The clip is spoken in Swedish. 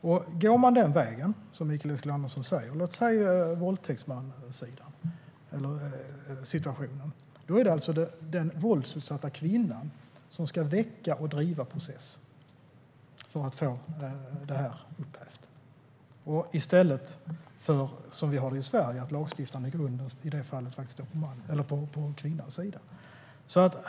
Om man går den väg som Mikael Eskilandersson vill göra vid låt säga en våldtäktssituation är det alltså den våldtäktsutsatta kvinnan som ska väcka och driva processen för att få den gemensamma vårdnaden upphävd. I Sverige står lagstiftaren i det fallet i stället på kvinnans sida.